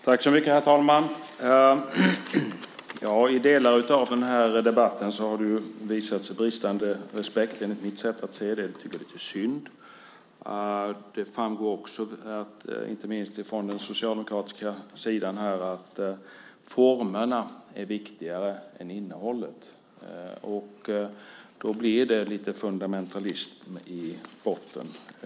Herr talman! I delar av denna debatt har det visats bristande respekt, enligt mitt sätt att se det. Jag tycker att det är lite synd. Det framgår också att formerna, inte minst för den socialdemokratiska sidan, är viktigare än innehållet, och då blir det lite fundamentalism i botten.